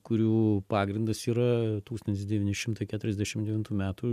kurių pagrindas yra tūkstantis devyni šimtai keturiasdešim devintų metų